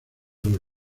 los